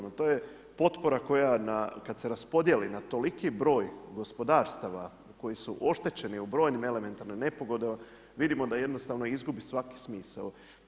No to je potpora koja kada se raspodijeli na toliki broj gospodarstava koji su oštećeni u brojnim elementarnim nepogodama vidimo da jednostavno izgubi svaki smisao.